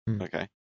Okay